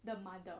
the mother